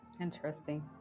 Interesting